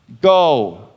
go